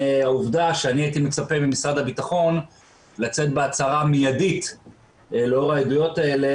העובדה שאני מצפה ממשרד הביטחון לצאת בהצהרה מידית לאור העדויות האלה,